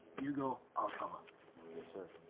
you go, i'll cover. yes sir.